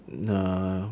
ah